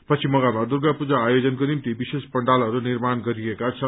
पश्चिम बोगलमा दुर्गा पूजा आयोजनको निम्ति विशेष पण्डालहरू निर्माण गरिएका छन्